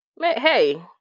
hey